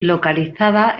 localizada